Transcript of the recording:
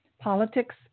politics